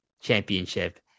Championship